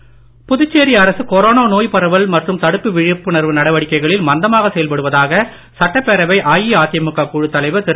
அன்பழகன் புதுச்சேரி அரசு கொரோனா நோய் பரவல் மற்றும் தடுப்பு விழிப்புணர்வு நடவடிக்கைகளில் மந்தமாக செயல்படுவதாக சட்டப்பேரவை அஇஅதிமுக குழு தலைவர் திரு